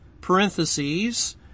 parentheses